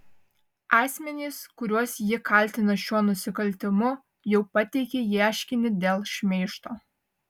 asmenys kuriuos ji kaltina šiuo nusikaltimu jau pateikė ieškinį dėl šmeižto